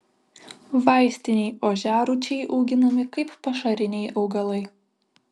vaistiniai ožiarūčiai auginami kaip pašariniai augalai